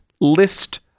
list